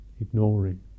ignoring